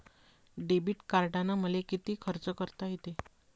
Debit कार्डानं मले किती खर्च करता येते?